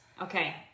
Okay